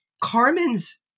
Carmen's